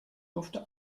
durfte